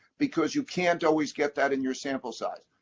because you can't always get that in your sample size.